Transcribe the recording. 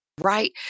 Right